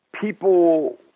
people